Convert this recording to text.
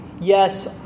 yes